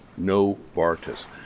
Novartis